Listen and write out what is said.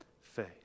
faith